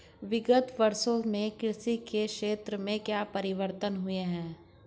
विगत वर्षों में कृषि के क्षेत्र में क्या परिवर्तन हुए हैं?